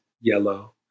yellow